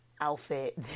outfit